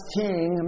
king